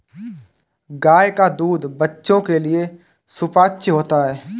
गाय का दूध बच्चों के लिए सुपाच्य होता है